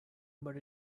but